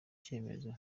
cyemezo